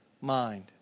mind